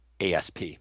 ASP